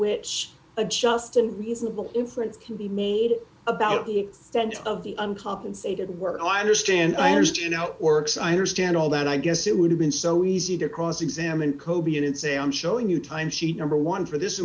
which a just and reasonable inference can be made about the extent of the uncompensated work i understand i understand how it works i understand all that i guess it would have been so easy to cross examine koby and say i'm showing you time sheet number one for this